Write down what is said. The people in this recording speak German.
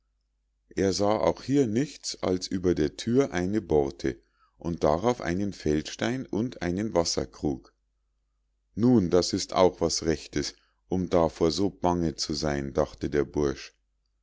er sah auch hier nichts als über der thür eine borte und darauf einen feldstein und einen wasserkrug nun das ist auch was rechtes um davor so bange zu sein dachte der bursch